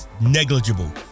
negligible